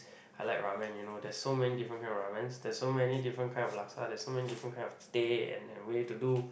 I like ramen you know there's so many different kind of ramens there's so many different kind of laksa there's so many different kind of teh and the way to do